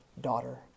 daughter